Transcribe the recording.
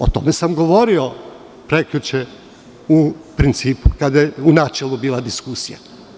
O tome sam govorio prekjuče kada je u načelu bila diskusija.